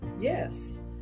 Yes